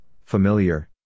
familiar